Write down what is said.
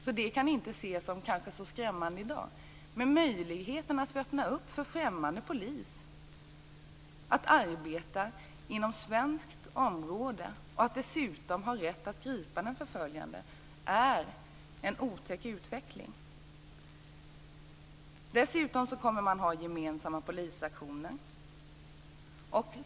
Det ses kanske inte som så skrämmande i dag, men möjligheten för främmande polis att arbeta inom svenskt område och dessutom gripa den förföljda ser jag som en otäck utveckling. Dessutom kommer man att ha gemensamma polisaktioner.